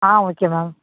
ah okay ma'am